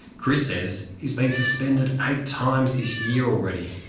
chris says he's been suspended eight times this year already.